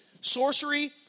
sorcery